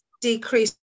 decrease